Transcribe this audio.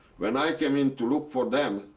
when i came in to look for them,